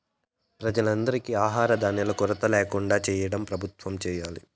ప్రజలందరికీ ఆహార ధాన్యాల కొరత ల్యాకుండా చేయటం ప్రభుత్వం చేయాలి